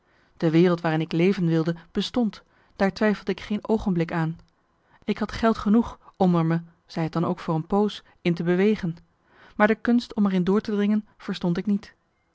de wereld waarin ik leven wilde bestond daar twijfelde ik geen oogenblik aan ik had geld genoeg om er me zij t dan ook voor een poos in te bewegen maar de kunst om er in door te dringen verstond ik niet